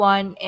One